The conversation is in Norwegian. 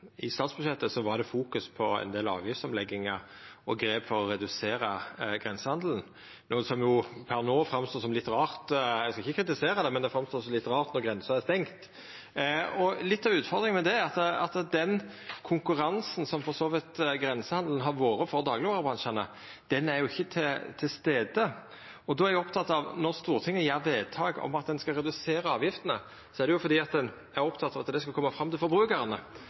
statsbudsjettet på ein del avgiftsomleggingar og grep for å redusera grensehandelen, noko som per no framstår som litt rart – eg skal ikkje kritisera det – når grensa er stengt. Litt av utfordringa er at den konkurransen som grensehandelen for så vidt har vore for dagligvarebransjen, jo ikkje er til stades. Når Stortinget gjer vedtak om at ein skal redusera avgiftene, er det jo fordi ein er oppteken av at dette skal kome fram til forbrukarane.